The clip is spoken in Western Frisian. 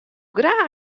graach